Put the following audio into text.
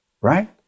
right